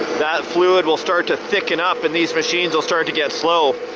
that fluid will start to thicken up. and these machines will start to get slow.